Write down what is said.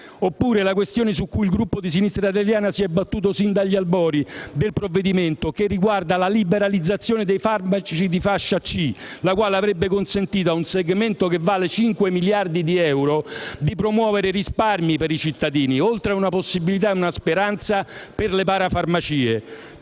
Oppure, la questione su cui il Gruppo di Sinistra Italiana si è battuto sin dagli albori del provvedimento e che riguarda la liberalizzazione dei farmaci di fascia C, la quale avrebbe consentito a un segmento che vale circa 5 miliardi di euro di promuovere risparmi per i cittadini, oltre a una possibilità e a una speranza per le parafarmacie.